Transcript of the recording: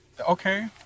Okay